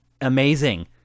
amazing